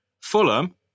Fulham